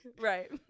Right